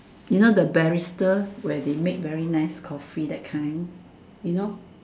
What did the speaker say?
you know the barista where they make very nice Coffee that kind